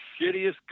shittiest